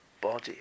body